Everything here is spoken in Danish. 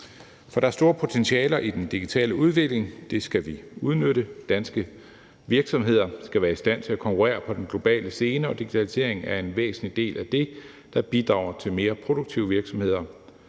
For der er store potentialer i den digitale udvikling, og det skal vi udnytte. Danske virksomheder skal være i stand til at konkurrere på den globale scene, og digitaliseringen er en væsentlig del af det, der bidrager til mere produktive virksomheder